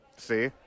See